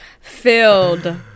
filled